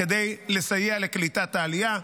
כדי לסייע לקליטת העלייה.